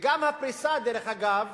וגם הפריסה, דרך אגב,